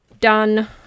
done